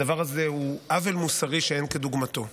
הדבר הזה הוא עוול מוסרי שאין כדוגמתו.